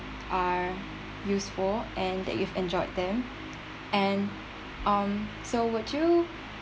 are useful and that you've enjoyed them and um so would you